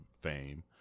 fame